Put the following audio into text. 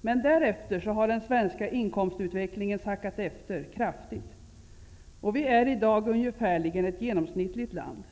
Men därefter har den svenska inkomstutvecklingen sackat efter kraftigt. Vi är i dag ett ungefärligen genomsnittligt land.